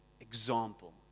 example